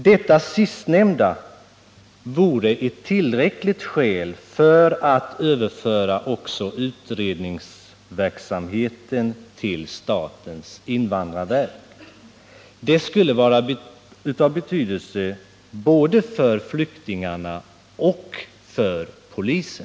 Detta sistnämnda vore ett tillräckligt skäl för att överföra också utredningsverksamheten till statens invandrarverk, en åtgärd som skulle vara av betydelse både för flyktingarna och för polisen.